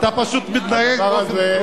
אתה פשוט מתנהג באופן,